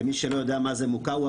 למי שלא יודע מה זה מוקאוומה,